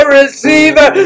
receiver